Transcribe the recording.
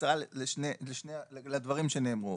בקצרה לדברים שנאמרו.